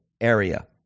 area